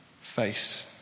face